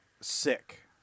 sick